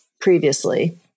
previously